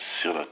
sur